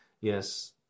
Yes